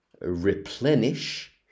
replenish